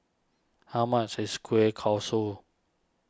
how much is Kueh Kosui